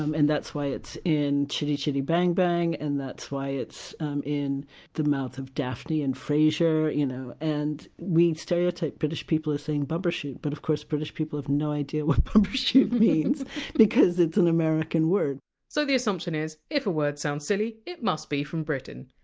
um and that's why it's in chitty chitty bang bang, and that's why it's in the mouth of daphne in frasier you know and we stereotype british people as saying bumbershoot, but of course british people have no idea what it means because it's an american word so the assumption is, if a word sounds silly, it must be from britain.